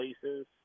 places